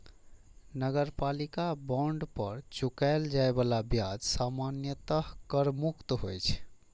नगरपालिका बांड पर चुकाएल जाए बला ब्याज सामान्यतः कर मुक्त होइ छै